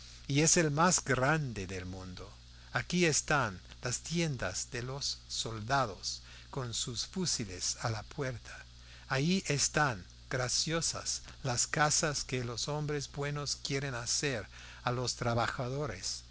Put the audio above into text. y es el más grande del mundo aquí están las tiendas de los soldados con los fusiles a la puerta allí están graciosas las casas que los hombres buenos quieren hacer a los trabajadores